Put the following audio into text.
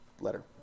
letter